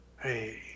Hey